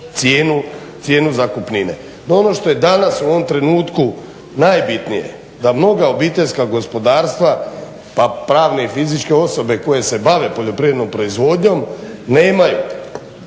cijenu zakupnine. No ono što je danas u ovom trenutku najbitnije, da mnoga obiteljska gospodarstva pa pravne i fizičke osobe koje se bave poljoprivrednom proizvodnjom nemaju